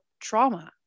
trauma